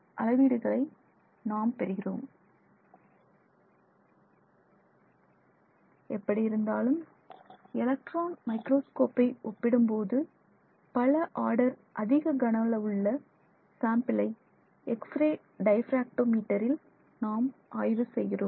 அளவீடுகளை நாம் பெறுகிறோம் எப்படி இருந்தாலும் எலக்ட்ரான் மைக்ரோஸ்கோப் ஐ ஒப்பிடும்போது பல ஆர்டர் அதிக கன அளவுள்ள சாம்பிளை எக்ஸ்ரே டை பிரக்டோ மீட்டரில் நாம் ஆய்வு செய்கிறோம்